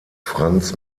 franz